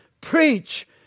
preach